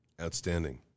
Outstanding